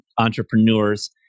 entrepreneurs